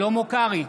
שלמה קרעי,